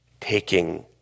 taking